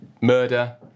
Murder